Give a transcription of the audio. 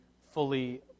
fully